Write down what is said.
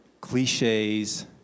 cliches